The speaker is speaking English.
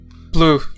Blue